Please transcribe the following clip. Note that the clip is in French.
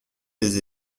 des